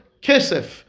Kesef